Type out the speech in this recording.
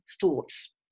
thoughts